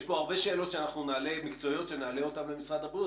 יש פה הרבה שאלות מקצועיות שאנחנו נעלה אותן למשרד הבריאות.